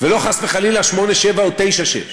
ולא חס וחלילה 7:8 או 6:9,